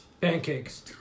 Pancakes